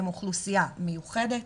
הם אוכלוסייה מיוחדת.